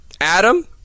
Adam